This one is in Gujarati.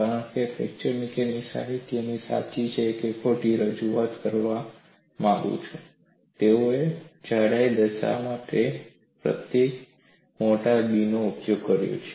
કારણ કે હું ફ્રેક્ચર મિકેનિક્સ સાહિત્યમાં સાચી કે ખોટી રજૂઆત કરવા માંગુ છું તેઓએ જાડાઈ દર્શાવવા માટે પ્રતીક મોટા 'B' નો ઉપયોગ કર્યો છે